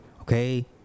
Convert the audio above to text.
okay